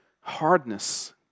hardness